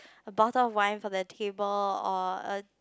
a bottle of wine for the table or a